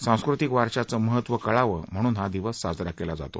सांस्कृतिक वारश्याचं महत्व कळावं म्हणून हा दिवस साजरा केला जातो